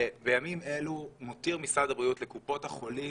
בימים אלו מתיר משרד הבריאות לקופות החולים